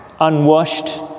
unwashed